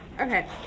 Okay